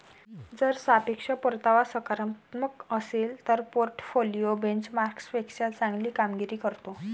जर सापेक्ष परतावा सकारात्मक असेल तर पोर्टफोलिओ बेंचमार्कपेक्षा चांगली कामगिरी करतो